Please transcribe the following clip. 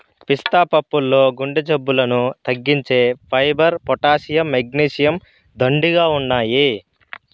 పిస్తా పప్పుల్లో గుండె జబ్బులను తగ్గించే ఫైబర్, పొటాషియం, మెగ్నీషియం, దండిగా ఉన్నాయి